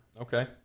Okay